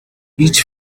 each